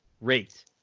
rate